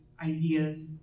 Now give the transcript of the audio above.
ideas